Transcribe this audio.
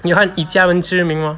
你有看以家人之名 mah